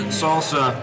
salsa